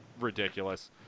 ridiculous